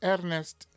Ernest